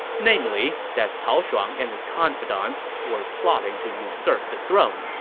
namely that cao shuang and his confidants were plotting to usurp the throne.